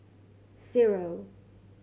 zero